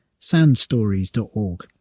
sandstories.org